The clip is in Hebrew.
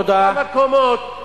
כמה קומות,